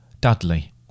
Dudley